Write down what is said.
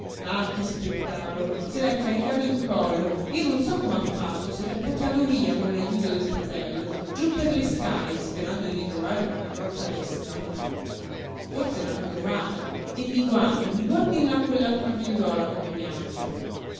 ah che spettacolo se l'è caricato in collo io non so com'ha fatto se l'è portato via con l'ajuto del fratello giú per le scale sperando di trovare una carrozza per istrada forse l'hanno trovata e mi guardi mi guardi là quell'altra figliuola come piange